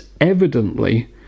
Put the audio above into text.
evidently